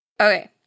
Okay